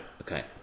Okay